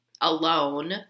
alone